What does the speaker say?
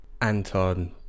anton